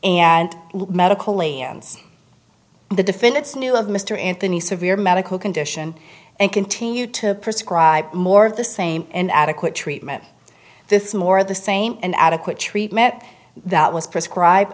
and medically ends the defendants knew of mr anthony severe medical condition and continue to prescribe more of the same and adequate treatment this is more of the same and adequate treatment that was prescribed